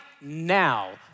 now